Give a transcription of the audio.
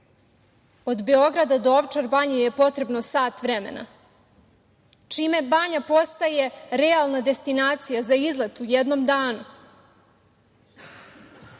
od Beograda do Ovčar banje je potrebno sat vremena, čime banja postaje realna destinacija za izlet u jednom danu.